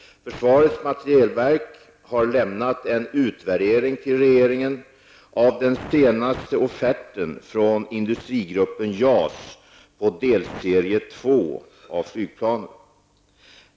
Försvarets materielverk har lämnat en utvärdering till regeringen av den senaste offerten från Industrigruppen JAS på delserie 2 av flygplanen.